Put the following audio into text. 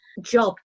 job